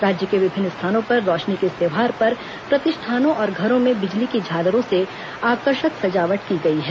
राज्य के विभिन्न स्थानों पर रौशनी के इस त्यौहार पर प्रतिष्ठानों और घरों में बिजली की झालरों से आकर्षक सजावट की गई है